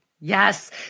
Yes